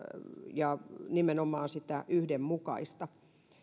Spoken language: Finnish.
ja nimenomaan yhdenmukaista